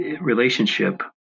relationship